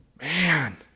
Man